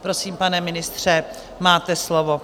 Prosím, pane ministře, máte slovo.